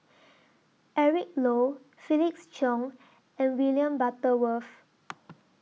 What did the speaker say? Eric Low Felix Cheong and William Butterworth